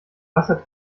wasser